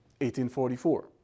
1844